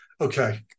Okay